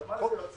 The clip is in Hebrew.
מה זה יוצא?